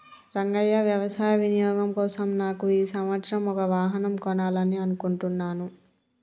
రంగయ్య వ్యవసాయ వినియోగం కోసం నాకు ఈ సంవత్సరం ఒక వాహనం కొనాలని అనుకుంటున్నాను